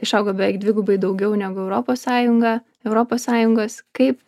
išaugo beveik dvigubai daugiau negu europos sąjunga europos sąjungos kaip